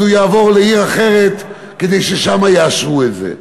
הוא יעבור לעיר אחרת כדי ששם יאשרו את זה.